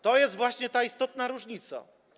To jest właśnie ta istotna różnica.